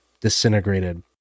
disintegrated